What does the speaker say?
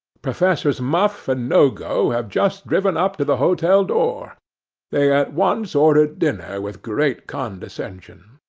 professors muff and nogo have just driven up to the hotel door they at once ordered dinner with great condescension.